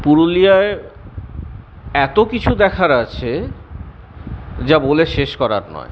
পুরুলিয়ায় এত কিছু দেখার আছে যা বলে শেষ করার নয়